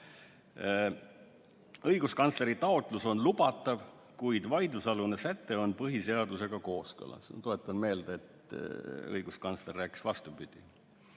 "Õiguskantsleri taotlus on lubatav, kuid vaidlusalune säte on põhiseadusega kooskõlas." Tuletan meelde, et õiguskantsler rääkis vastupidi.